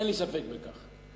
אין לי ספק בכך.